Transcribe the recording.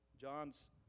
John's